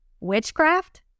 witchcraft